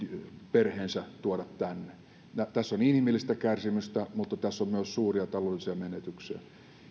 perheensä tuoda tänne tässä on inhimillistä kärsimystä mutta tässä on myös suuria taloudellisia menetyksiä